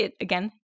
again